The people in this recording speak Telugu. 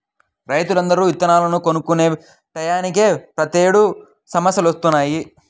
రైతులందరూ ఇత్తనాలను కొనుక్కునే టైయ్యానినే ప్రతేడు సమస్యలొత్తన్నయ్